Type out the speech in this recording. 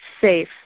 safe